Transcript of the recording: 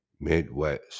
Midwest